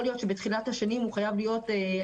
ובתחילת השנים הוא חייב להיות אולי מנדטורי,